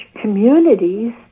communities